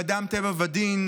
עם אדם טבע ודין.